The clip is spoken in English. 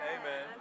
Amen